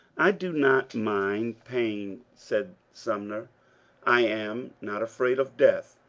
i do not mind pain said sumner i am not afraid of death,